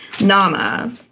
nama